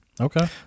Okay